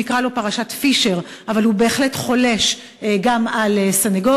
שנקרא לו "פרשת פישר" אבל הוא בהחלט חולש על סנגורית